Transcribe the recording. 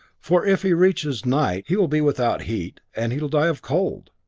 for if he reaches night he will be without heat, and he'll die of cold.